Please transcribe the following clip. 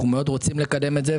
אנחנו מאוד רוצים לקדם את זה,